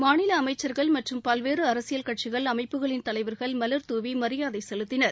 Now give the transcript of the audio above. மாநில அமைச்சர்கள் மற்றும் பல்வேறு அரசியல் கட்சிகள் அமைப்புகளின் தலைவர்கள் மலர்தூவி மரியாதை செலுத்தினர்